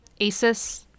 Asus